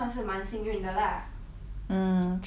mm true also lah at least find a job lah